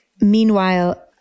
Meanwhile